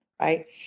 Right